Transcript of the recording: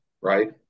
right